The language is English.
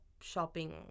shopping